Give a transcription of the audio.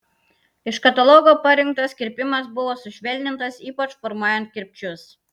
iš katalogo parinktas kirpimas buvo sušvelnintas ypač formuojant kirpčius